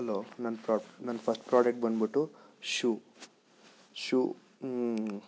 hello ನನ್ನ first product ಬಂದ್ಬಿಟ್ಟು shoe shoe